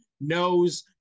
knows